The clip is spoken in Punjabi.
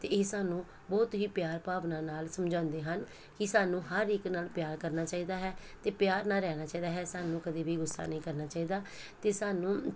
ਅਤੇ ਇਹ ਸਾਨੂੰ ਬਹੁਤ ਹੀ ਪਿਆਰ ਭਾਵਨਾ ਨਾਲ ਸਮਝਾਉਂਦੇ ਹਨ ਕਿ ਸਾਨੂੰ ਹਰ ਇੱਕ ਨਾਲ ਪਿਆਰ ਕਰਨਾ ਚਾਹੀਦਾ ਹੈ ਅਤੇ ਪਿਆਰ ਨਾਲ ਰਹਿਣਾ ਚਾਹੀਦਾ ਹੈ ਸਾਨੂੰ ਕਦੇ ਵੀ ਗੁੱਸਾ ਨਹੀਂ ਕਰਨਾ ਚਾਹੀਦਾ ਅਤੇ ਸਾਨੂੰ